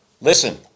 listen